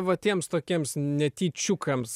va tiems tokiems netyčiukams